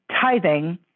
Tithing